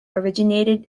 originated